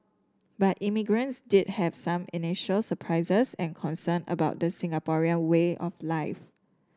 but immigrants did have some initial surprises and concern about the Singaporean way of life